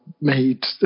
made